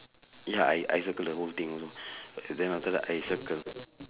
ya I I circle the whole thing then after that I circle